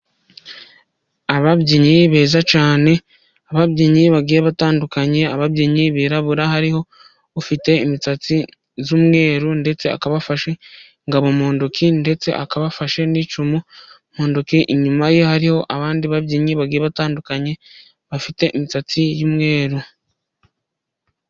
Ababyinnyi beza cyane, ababyinnyi bagiye batandukanye, ababyinnyi birabura, hariho ufite imisatsi y'umweru ndetse akaba afasha ingabo mu ntoki, ndetse akaba afashe n'icumu mu ntoki. Inyuma ye hariho abandi babyinnyi bagiye batandukanye bafite imisatsi y'umweru.